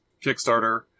Kickstarter